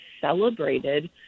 celebrated